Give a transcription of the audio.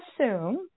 assume